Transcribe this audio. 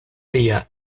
lia